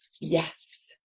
Yes